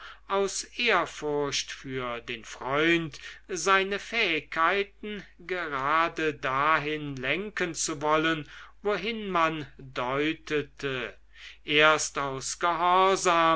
aus ehrfurcht für den freund seine fähigkeiten gerade dahin lenken zu wollen wohin man deutete erst aus